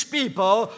people